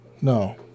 no